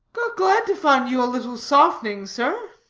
glad to find you a little softening, sir.